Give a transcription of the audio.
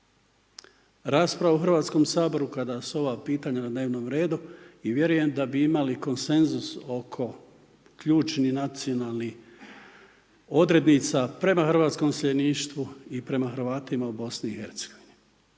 rasprava u Hrvatskom saboru kada su ova pitanja na dnevnom redu i vjerujem da bi imali konsenzus oko ključnih nacionalnih odrednica prema hrvatskom iseljeništvu i prema Hrvatima u Bosni